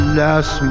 last